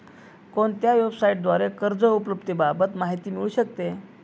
कोणत्या वेबसाईटद्वारे कर्ज उपलब्धतेबाबत माहिती मिळू शकते?